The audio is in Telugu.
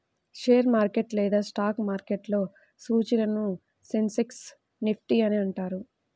షేర్ మార్కెట్ లేదా స్టాక్ మార్కెట్లో సూచీలను సెన్సెక్స్, నిఫ్టీ అని అంటారు